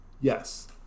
Yes